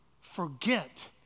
forget